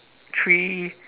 three